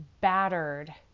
battered